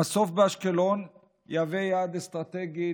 4. המסוף באשקלון יהווה יעד אסטרטגי,